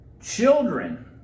children